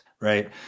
right